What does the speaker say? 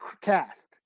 cast